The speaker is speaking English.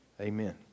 Amen